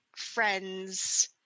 friends